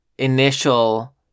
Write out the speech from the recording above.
initial